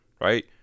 right